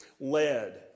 led